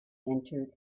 entered